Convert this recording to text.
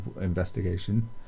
investigation